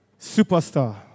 Superstar